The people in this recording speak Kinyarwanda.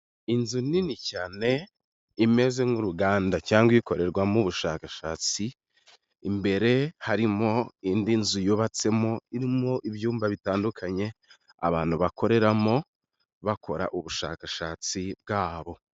Inzu nini cyane imeze nk'uruganda cyangwa ikorerwamo ubushakashatsi, imbere harimo indi nzu yubatsemo irimo ibyumba bitandukanye abantu bakoreramo bakora ubushakashatsi bwabo.